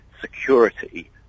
security